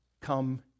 come